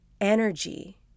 Energy